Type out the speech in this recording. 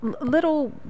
Little